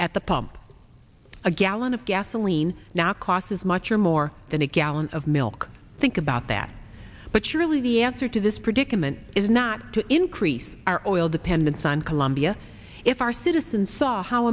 at the pump a gallon of gasoline now costs as much or more than a gallon of milk think about that but surely the answer to this predicament is not to increase our oil dependence on colombia if our citizens saw how